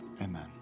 Amen